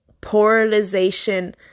polarization